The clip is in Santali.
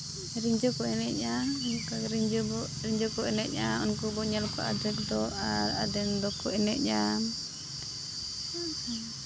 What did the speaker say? ᱨᱤᱡᱷᱟᱹ ᱠᱚ ᱮᱱᱮᱡᱼᱟ ᱚᱱᱠᱟ ᱜᱮ ᱨᱤᱡᱟᱹ ᱠᱚ ᱮᱱᱮᱡᱼᱟ ᱩᱱᱠᱩ ᱵᱚᱱ ᱧᱮᱞ ᱠᱚᱣᱟ ᱟᱫᱷᱮᱠ ᱫᱚ ᱟᱨ ᱟᱫᱷᱮᱱ ᱫᱚᱠᱚ ᱮᱱᱮᱡᱼᱟ